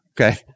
okay